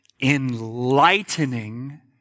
Enlightening